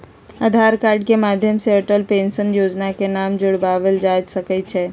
आधार card के माध्यम से अटल पेंशन जोजना में नाम जोरबायल जा सकइ छै